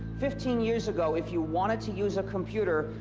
fifteen years ago, if you wanted to use a computer,